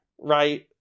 right